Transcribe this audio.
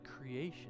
creation